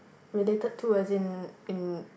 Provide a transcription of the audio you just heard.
related to as in